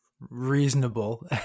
reasonable